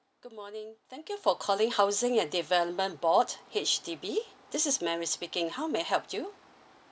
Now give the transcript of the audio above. good morning thank you for calling housing and development board H_D_B this is mary speaking how may I help you